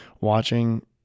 watching